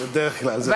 בדרך כלל, זה נכון.